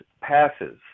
passes